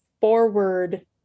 forward